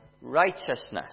righteousness